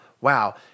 Wow